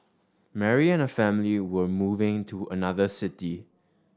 Mary and her family were moving to another city